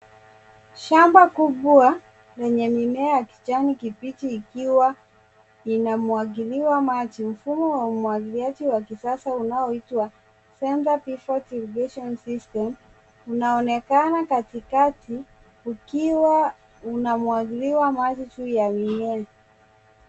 Shamba kubwa lenye mimea ya kijani kibichi ikiwa inamwagiliwa maji. Mfumo wa umwagiliaji wa kisasa unaoitwa center pivot irrigation system unaonekana katikati ukiwa unamwagiliwa maji juu ya mimea.